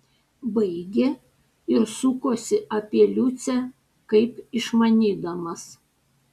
baigė ir sukosi apie liucę kaip išmanydamas